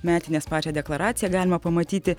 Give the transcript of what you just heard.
metinės pačią deklaraciją galima pamatyti